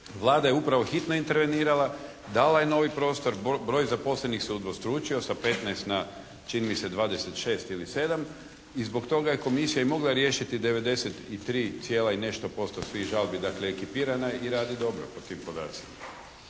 Vlada je upravo hitno intervenirala, dala je novi prostor, broj zaposlenih se udvostručio sa 15 na čini mi se na 26, ili 27. I zbog toga je Komisija i mogla riješiti 93 cijela i nešto posto svih žalbi. Dakle ekipirana je i radi dobro po tim podacima.